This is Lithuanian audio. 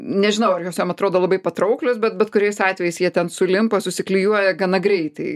nežinau ar jos jom atrodo labai patrauklios bet bet kuriais atvejais jie ten sulimpa susiklijuoja gana greitai